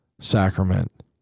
sacrament